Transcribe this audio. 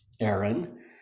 Aaron